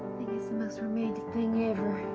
the most romantic thing ever.